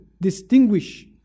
distinguish